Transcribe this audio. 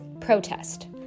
protest